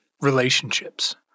relationships